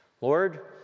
Lord